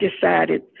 decided